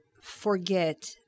forget